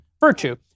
virtue